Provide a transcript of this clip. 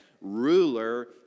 ruler